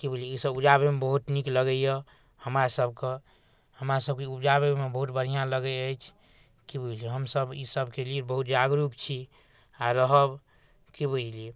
कि बुझलिए ईसब उपजाबैमे बहुत नीक लगैए हमरासभके हमरासभके ई उपजाबैमे बहुत बढ़िआँ लगै अछि कि बुझलिए हमसभ ईसबके लिए बहुत जागरूक छी आओर रहब कि बुझलिए